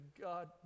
God